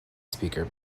speaker